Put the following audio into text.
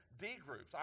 d-groups